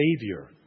Savior